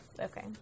Okay